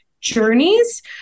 journeys